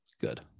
good